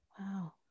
Wow